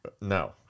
No